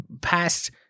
past